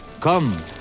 Come